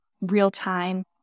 real-time